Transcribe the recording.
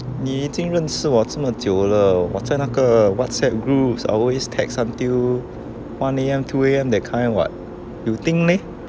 你已经认识我这么久了我在那个 whatsapp groups I always text until one A_M two A_M that kind what you think leh